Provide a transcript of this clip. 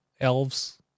elves